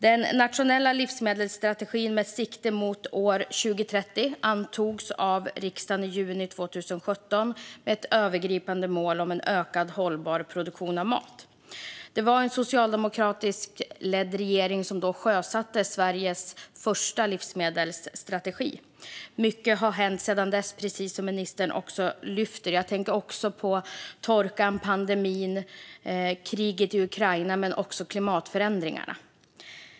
Den nationella livsmedelsstrategin med sikte mot år 2030 antogs av riksdagen i juni 2017 med ett övergripande mål om en ökad hållbar produktion av mat. Det var en socialdemokratiskt ledd regering som då sjösatte Sveriges första livsmedelsstrategi. Mycket har hänt sedan dess, precis som ministern tog upp. Jag tänker på torkan, pandemin och kriget i Ukraina men också på klimatförändringarna.